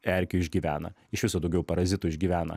erkių išgyvena iš viso daugiau parazitų išgyvena